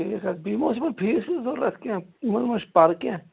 ٹھیٖک حظ بیٚیہِ ما اوس یِمَن فیٖس ویٖس ضرورت کیٚنٛہہ یِمَن ما چھُ پرٕ کیٚنٛہہ